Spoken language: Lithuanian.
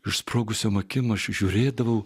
išsprogusiom akim aš žiūrėdavau